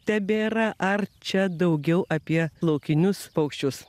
tebėra ar čia daugiau apie laukinius paukščius